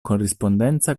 corrispondenza